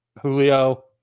julio